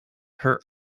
her